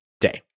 day